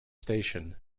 station